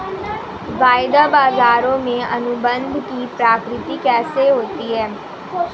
वायदा बाजारों में अनुबंध की प्रकृति कैसी होती है?